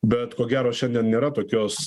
bet ko gero šiandien nėra tokios